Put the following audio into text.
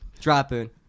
Dropping